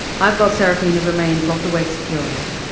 i've got seraphina's remains locked away securely.